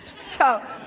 so